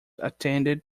attended